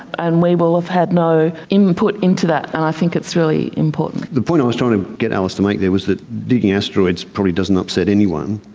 and we will have had no input into that, and i think it's really important. the point i was trying to get alice to make there was that digging asteroids probably doesn't upset anyone,